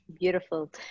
Beautiful